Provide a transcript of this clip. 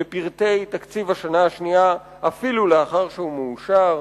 בפרטי תקציב השנה השנייה אפילו לאחר שהוא מאושר.